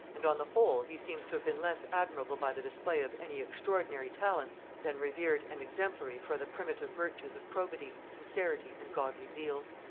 and on the whole he seems to have been less admirable by the display of any extraordinary talents than revered and exemplary for the primitive virtues of probity, sincerity, and godly zeal.